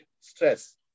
stress